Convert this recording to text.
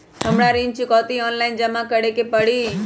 हमरा ऋण चुकौती ऑनलाइन जमा करे के परी?